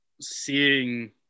seeing